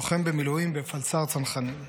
לוחם במילואים בפלס"ר צנחנים: